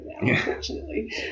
unfortunately